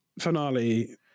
finale